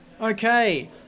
Okay